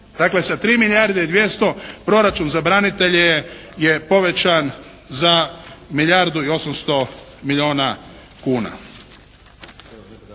Dakle, sa 3 milijarde i 200 proračun za branitelje je povećan za milijardu i 800 milijona kuna.